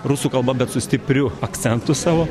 rusų kalba bet su stipriu akcentu savo